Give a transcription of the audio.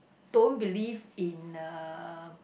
don't believe in uh